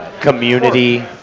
community